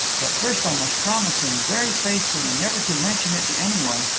but first i must promise him, very faithfully, never to mention it to anyone,